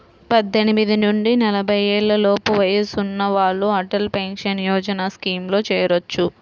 పద్దెనిమిది నుంచి నలభై ఏళ్లలోపు వయసున్న వాళ్ళు అటల్ పెన్షన్ యోజన స్కీమ్లో చేరొచ్చు